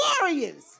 warriors